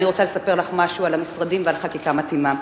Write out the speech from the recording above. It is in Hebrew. אני רוצה לספר לך משהו על המשרדים ועל חקיקה מתאימה.